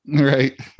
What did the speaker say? Right